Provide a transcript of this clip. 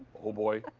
oh, boy.